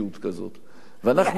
רגע, איפה מופיע גזר-דין?